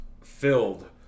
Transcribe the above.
filled